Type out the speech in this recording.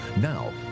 Now